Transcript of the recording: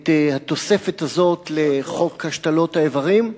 את התוספת הזאת לחוק השתלות האיברים,